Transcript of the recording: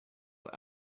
out